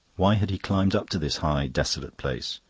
why had he climbed up to this high, desolate place?